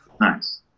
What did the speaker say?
Nice